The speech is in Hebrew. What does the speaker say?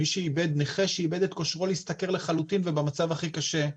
נכה שאיבד את כושרו להשתכר לחלוטין ובמצב הכי קשה,